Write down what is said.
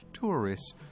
tourists